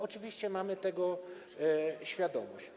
Oczywiście mamy tego świadomość.